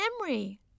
memory